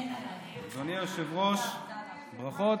אדוני היושב-ראש, ברכות.